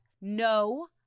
no